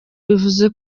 bivuze